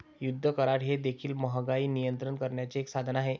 युद्ध करार हे देखील महागाई नियंत्रित करण्याचे एक साधन आहे